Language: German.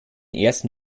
ersten